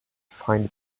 find